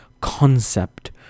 concept